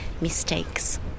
mistakes